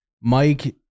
Mike